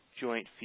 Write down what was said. joint